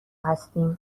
هستیم